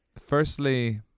firstly